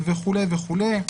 וכולי וכולי.